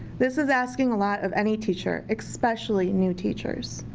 this is asking a lot of any teacher, especially new teachers.